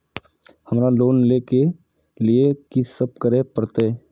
हमरा लोन ले के लिए की सब करे परते?